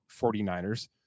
49ers